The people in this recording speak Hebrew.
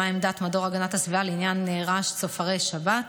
מה עמדת מדור הגנת הסביבה לעניין רעש צופרי שבת.